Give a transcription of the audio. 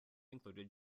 included